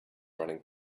running